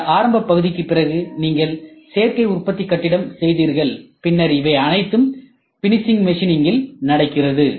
இந்த ஆரம்ப பகுதிக்குப் பிறகு நீங்கள் சேர்க்கை உற்பத்தி கட்டிடம் செய்தீர்கள் பின்னர் இவை அனைத்தும் ஃபினிஷிங் மெஷினிங்கில் நடக்கிறது